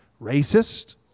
racist